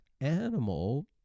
animal